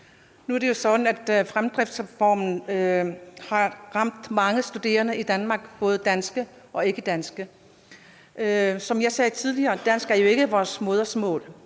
Nu er det jo sådan, at fremdriftsreformen har ramt mange studerende i Danmark, både danske og ikkedanske. Som jeg sagde tidligere, er dansk ikke vores modersmål,